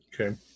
okay